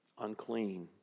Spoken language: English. unclean